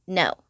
no